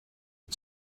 you